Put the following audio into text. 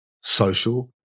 social